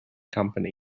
companies